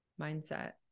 mindset